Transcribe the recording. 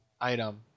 item